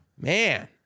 man